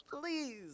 please